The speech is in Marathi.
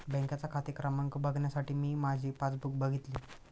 बँकेचा खाते क्रमांक बघण्यासाठी मी माझे पासबुक बघितले